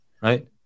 right